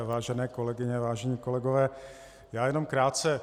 Vážené kolegyně, vážení kolegové, já jenom krátce.